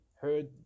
heard